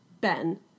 Ben